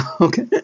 Okay